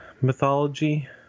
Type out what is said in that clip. mythology